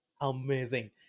amazing